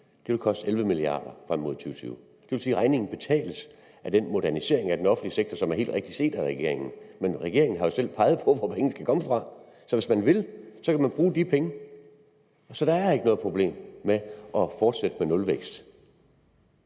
Det vil koste 11 mia. kr. frem mod 2020. Det vil sige, at regningen betales af den modernisering af den offentlige sektor, som er helt rigtigt set af regeringen. Men regeringen har jo selv peget på, hvor pengene skal komme fra, så hvis den vil, kan den bruge de penge. Så der er ikke noget problem med at fortsætte med nulvækst.